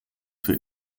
für